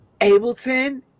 Ableton